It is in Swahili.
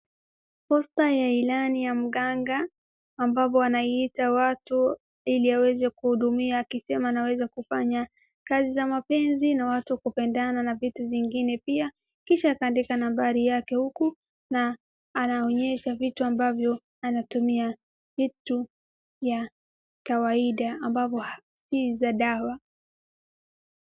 Posta ya ilani ya mganga, ambapo anaita watu ili aweze kuhudumia akisema anaweza kufanya kazi za mapenzi na watu kupendana na vitu zingine pia kisha akaandika nambari yake huku na anaonyesha vitu ambavyo anatumia kitu ya kawaida ambazo si za dawa.